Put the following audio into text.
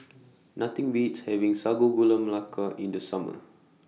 Nothing Beats having Sago Gula Melaka in The Summer